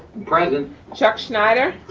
present. chuck schneider.